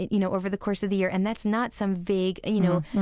you know, over the course of the year, and that's not some vague, you know,